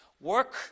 Work